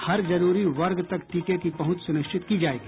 हर जरूरी वर्ग तक टीके की पहुंच सुनिश्चित की जायेगी